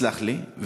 סלח לי,